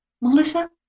Melissa